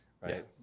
right